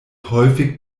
häufig